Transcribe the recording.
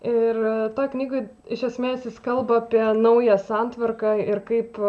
ir toj knygoj iš esmės jis kalba apie naują santvarką ir kaip